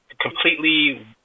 completely